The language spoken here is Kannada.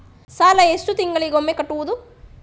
ಸಾಲ ಎಷ್ಟು ತಿಂಗಳಿಗೆ ಒಮ್ಮೆ ಕಟ್ಟುವುದು?